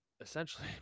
essentially